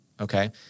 Okay